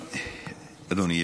אדוני.